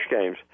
games